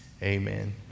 Amen